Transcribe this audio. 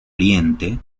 oriente